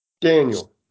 Daniel